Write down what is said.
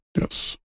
Yes